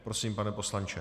Prosím, pane poslanče.